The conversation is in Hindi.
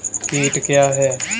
कीट क्या है?